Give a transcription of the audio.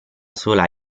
sola